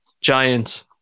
Giants